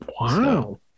Wow